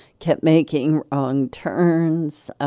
kept making wrong turns.